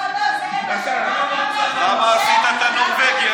לא, לא, זאב, למה עשית את הנורבגי?